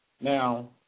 Now